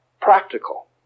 practical